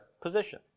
position